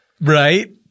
Right